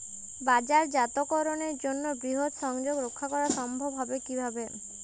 বাজারজাতকরণের জন্য বৃহৎ সংযোগ রক্ষা করা সম্ভব হবে কিভাবে?